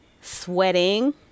sweating